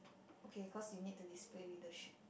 okay cause you need to display leadership